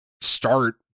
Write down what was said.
start